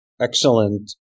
excellent